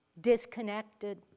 disconnected